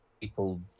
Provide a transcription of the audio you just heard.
People